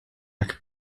jak